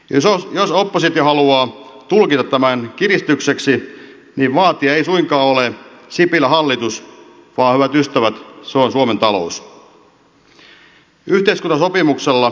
jos oppositio haluaa tulkita tämän kiristykseksi niin vaatija ei suinkaan ole sipilän hallitus vaan hyvät ystävät se on suomen talous